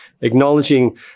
acknowledging